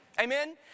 Amen